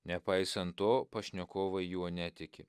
nepaisant to pašnekovai juo netiki